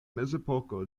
mezepoko